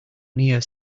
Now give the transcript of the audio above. near